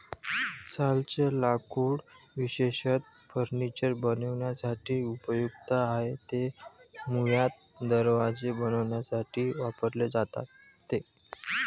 सालचे लाकूड विशेषतः फर्निचर बनवण्यासाठी उपयुक्त आहे, ते मुळात दरवाजे बनवण्यासाठी वापरले जाते